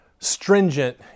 stringent